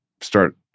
start